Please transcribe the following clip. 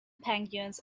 penguins